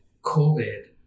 covid